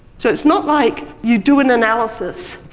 so it's not like you do an analysis,